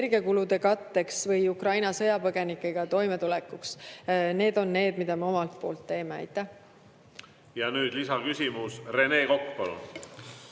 energiakulude katteks või Ukraina sõjapõgenikega toimetulekuks. See on see, mida me omalt poolt teeme. Ja nüüd lisaküsimus. Rene Kokk,